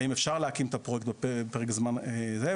האם אפשר להקים את הפרויקט בפרק זמן מסוים.